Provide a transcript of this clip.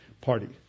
party